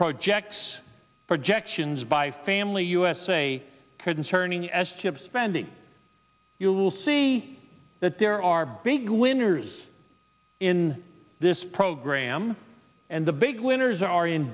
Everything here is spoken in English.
projects projections by family usa concerning as chip spending you will see that there are big winners in this program and the big winners are in